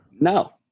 No